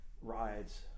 rides